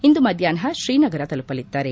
ಇಂದು ಮಧ್ಯಾಪ್ನ ಶ್ರೀನಗರ ತಲುಪಲಿದ್ದಾರೆ